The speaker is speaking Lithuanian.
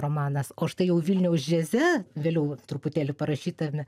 romanas o štai jau vilniaus džiaze vėliau truputėlį parašytame